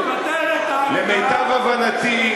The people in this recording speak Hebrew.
למיטב הבנתי,